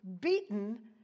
beaten